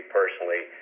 personally